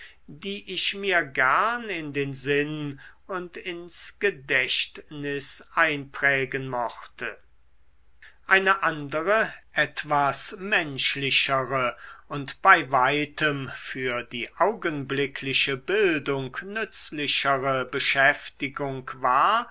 die ich mir gern in den sinn und ins gedächtnis einprägen mochte eine andere etwas menschlichere und bei weitem für die augenblickliche bildung nützlichere beschäftigung war